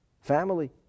Family